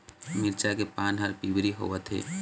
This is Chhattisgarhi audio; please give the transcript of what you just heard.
मिरचा के पान हर पिवरी होवथे?